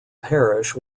parish